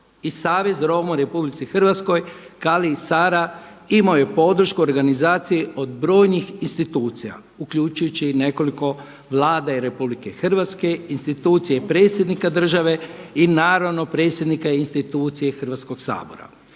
i Savez Roma u RH, … imaju podršku organizacije od brojnih institucija, uključujući i nekoliko vlade i RH, institucije predsjednika države i naravno predsjednika institucije Hrvatskog sabora.